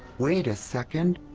wait a second.